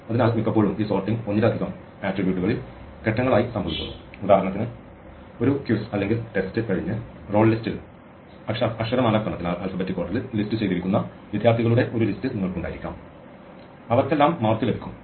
അതിനാൽ മിക്കപ്പോഴും ഈ സോർട്ടിംഗ് ഒന്നിലധികം ആട്രിബ്യൂട്ടുകളിൽ ഘട്ടങ്ങളായി സംഭവിക്കുന്നു ഉദാഹരണത്തിന് ഒരു ക്വിസ് അല്ലെങ്കിൽ ടെസ്റ്റ് കഴിഞ്ഞ് റോൾ ലിസ്റ്റിൽ അക്ഷരമാലാക്രമത്തിൽ ലിസ്റ്റുചെയ്തിരിക്കുന്ന വിദ്യാർത്ഥികളുടെ ഒരു ലിസ്റ്റ് നിങ്ങൾക്ക് ഉണ്ടായിരിക്കാം അവർക്കെല്ലാം മാർക്ക് ലഭിക്കും